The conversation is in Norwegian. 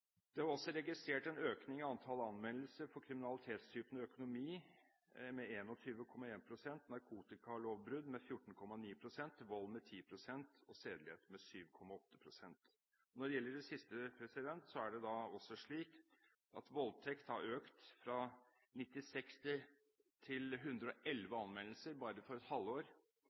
registrert en økning i antallet anmeldelser for kriminalitetstypene økonomi med 21,1 %, narkotikalovbrudd med 14,9 %, vold med 10,4 % og sedelighet med 7,8 %.» Når det gjelder det siste, er det slik at voldtekt har økt fra 96 til 111 anmeldelser bare for et halvår,